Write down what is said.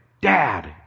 Dad